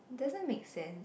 doesn't make sense